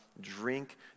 drink